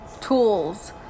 tools